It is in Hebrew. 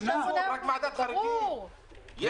יש